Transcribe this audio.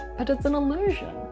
but. it's an illusion.